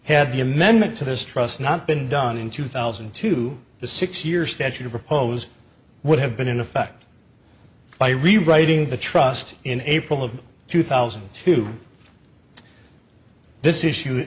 had the amendment to this trust not been done in two thousand and two the six year statute of repose would have been in effect by rewriting the trust in april of two thousand and two this issue